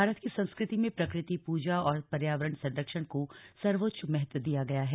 भारत की संस्कृति में प्रकृति पूजा और पर्यावरण संरक्षण को सर्वोच्च महत्व दिया गया है